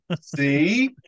see